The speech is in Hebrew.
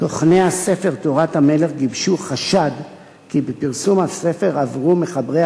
תוכני הספר "תורת המלך" גיבשו חשד כי בפרסום הספר עברו מחברי